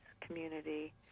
community